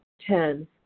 ten